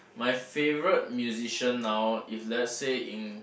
my favourite musician now if let say in